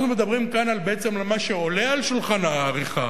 אנחנו מדברים כאן על מה שעולה על שולחן העריכה,